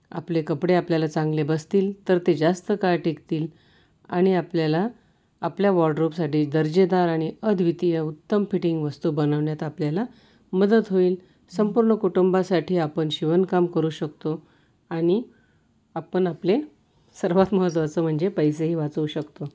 आपले कपडे आपल्याला चांगले बसतील तर ते जास्त काळ टिकतील आणि आपल्याला आपल्या वॉडरोबसाठी दर्जेदार आणि अद्वितीय उत्तम फिटिंग वस्तू बनवण्यात आपल्याला मदत होईल संपूर्ण कुटुंबासाठी आपण शिवणकाम करू शकतो आणि आपण आपले सर्वात महत्त्वाचं म्हणजे पैसेही वाचवू शकतो